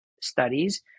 studies